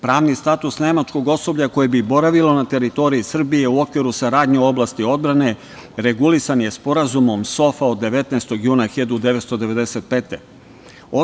Pravni status nemačkog osoblja koje bi boravilo na teritoriji Srbije u okviru saradnje u oblasti odbrane regulisan je Sporazumom SOFA od 19. juna 1995. godine.